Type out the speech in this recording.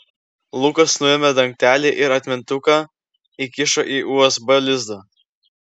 lukas nuėmė dangtelį ir atmintuką įkišo į usb lizdą